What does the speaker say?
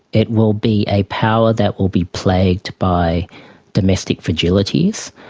it will be a power that will be plagued by domestic fragilities.